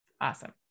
Awesome